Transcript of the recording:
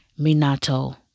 Minato